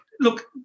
Look